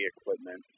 equipment